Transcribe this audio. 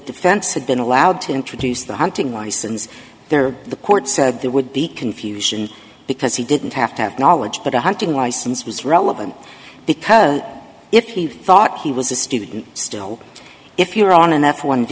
defense had been allowed to introduce the hunting license there the court said there would be confusion because he didn't have to have knowledge but a hunting license was relevant because if he thought he was a student still if you're on an f one vis